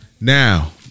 Now